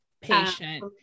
patient